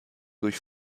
durch